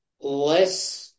less